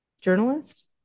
journalist